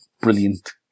brilliant